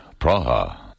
Praha